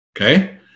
Okay